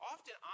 Often